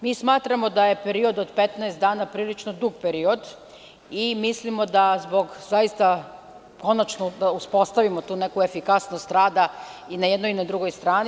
Mi smatramo da je period od 15 dana prilično dug period i mislimo da treba konačno da uspostavimo tu efikasnost rada i na jednoj i na drugoj strani.